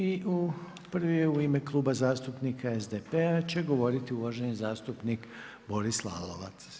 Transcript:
I prvi je u ime Kluba zastupnika SDP-a će govoriti uvaženi zastupnik Boris Lalovac.